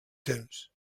temps